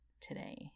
today